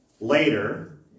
Later